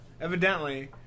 evidently